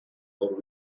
for